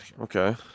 Okay